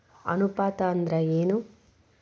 ಅನುಪಾತ ಅಂದ್ರ ಏನ್?